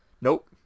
Nope